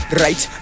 right